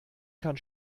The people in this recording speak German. kann